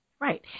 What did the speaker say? Right